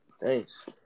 Thanks